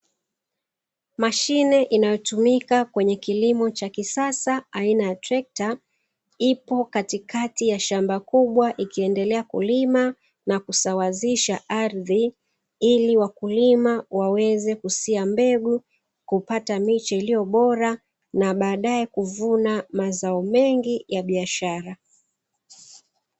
Mashine inayotumika kwenye kilimo cha kisasa aina ya trekta, ipo katikati ya shamba kubwa ikiendelea kulima na kusawazisha ardhi, ili wakulima waweze kusia mbegu, kupata miche iliyo bora na baadaye kuvuna mazao mengi ya biashara.